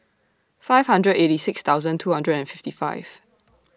five hundred eighty six thousand two hundred and fifty five